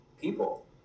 people